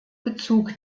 bezug